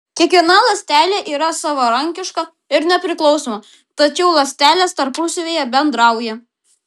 kiekviena ląstelė yra savarankiška ir nepriklausoma tačiau ląstelės tarpusavyje bendrauja